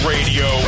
Radio